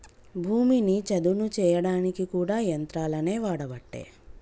భూమిని చదును చేయడానికి కూడా యంత్రాలనే వాడబట్టే